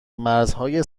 مرزهای